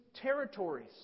territories